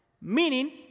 Meaning